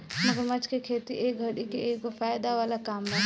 मगरमच्छ के खेती ए घड़ी के एगो फायदा वाला काम बा